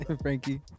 Frankie